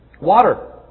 Water